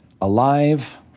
Alive